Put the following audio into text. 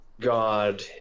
God